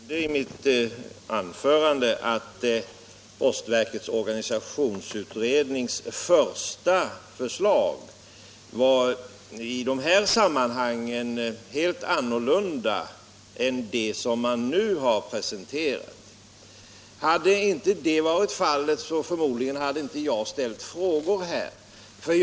Herr talman! Jag nämnde i mitt anförande att postverkets organisationsutrednings första förslag i detta avseende var ett helt annat än det nu presenterade. Hade det inte varit fallet, skulle jag förmodligen inte ha ställt någon fråga.